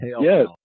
Yes